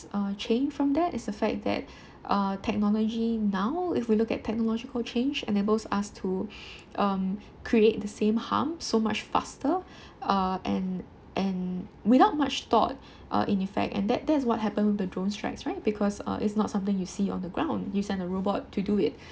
uh change from that it's the fact that uh technology now if we look at technological change enables us to um create the same harm so much faster uh and and without much thought uh in effect and that that is what happen with the drone strikes right because uh it's not something you see on the ground you send a robot to do it